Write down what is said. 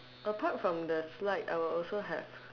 apart from the slide I will also have